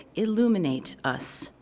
illuminate us.